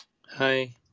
Hi